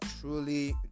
truly